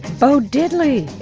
bo diddley,